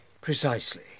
Precisely